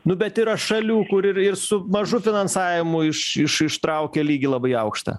nu bet yra šalių kur ir ir su mažu finansavimu iš iš ištraukia lygį labai aukštą